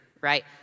right